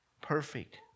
perfect